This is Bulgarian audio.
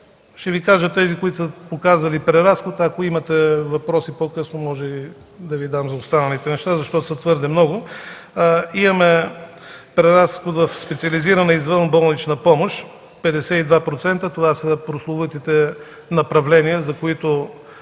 Ще Ви кажа тези, които са показали преразход, ако имате въпроси по-късно, мога да Ви дам за останалите неща, защото са твърде много. Имаме преразход в специализирана извънболнична помощ – 52%. Това са прословутите направления, за които